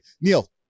Neil